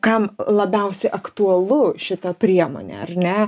kam labiausia aktualu šita priemonė ar ne